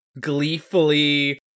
gleefully